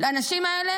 האנשים האלה